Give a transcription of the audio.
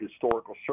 historical